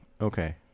Okay